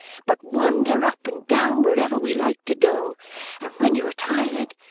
but wander up and down wherever we like to go and when you are tired,